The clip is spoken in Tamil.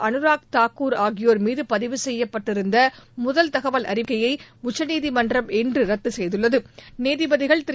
அணுராக் தாக்கூர் ஆகியோர் மீது பதிவு செய்யப்பட்டிருந்த முதல் தகவல் அறிக்கையை உச்சநீதிமன்றம் இன்று ரத்து செய்துள்ளது நீதிபதிகள் திரு